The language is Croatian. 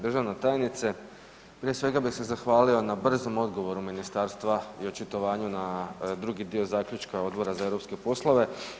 Državna tajnice, prije svega bih se zahvalio na brzom odgovoru Ministarstva i očitovanju na drugi dio Zaključka Odbora za europske poslove.